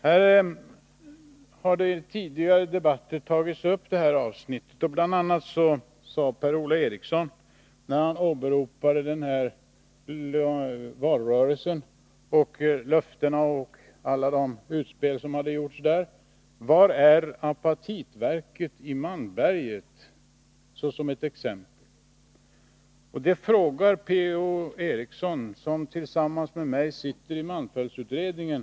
Detta avsnitt har tidigare tagits upp i debatten. Bl. a. sade Per-Ola Eriksson när han åberopade valrörelsen med dess löften och alla de utspel som gjordes där: Var är apatitverket i Malmberget? Det frågar Per-Ola Eriksson, som tillsammans med mig sitter i malmfältsutredningen.